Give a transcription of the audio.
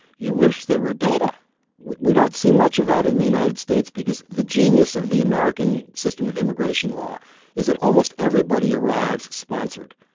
you wish there were data we we don't see much of that in the united states because the genius of the american system of immigration law is that almost everybody arrives sponsored.